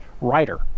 writer